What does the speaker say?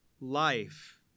life